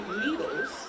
needles